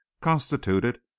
constituted